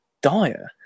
dire